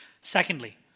Secondly